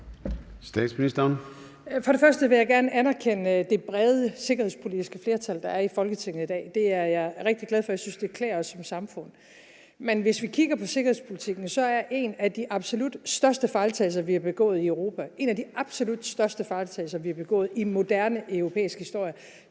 Frederiksen): For det første vil jeg gerne anerkende det brede sikkerhedspolitiske flertal, der er i Folketinget i dag. Det er jeg rigtig glad for, og jeg synes, det klæder os som samfund. Men hvis vi kigger på sikkerhedspolitikken, er en af de absolut største fejltagelser, vi har begået i Europa – en af de absolut største fejltagelser, vi har begået i moderne europæisk historie